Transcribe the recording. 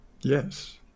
Yes